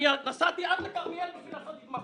נסעתי עד כרמיאל בשביל לעשות התמחות.